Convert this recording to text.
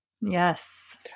yes